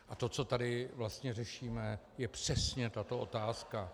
A to, co tady vlastně řešíme, je přesně tato otázka.